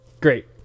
Great